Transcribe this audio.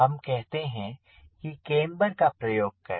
हम कहते हैं कि केम्बर का प्रयोग करें